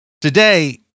today